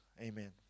Amen